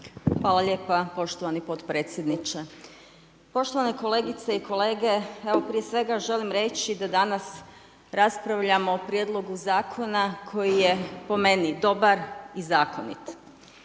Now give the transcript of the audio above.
Hvala lijepa poštovani podpredsjedniče, poštovane kolegice i kolege, evo prije svega želim reći da danas raspravljamo o prijedlogu zakona koji je po meni dobar i zakonit.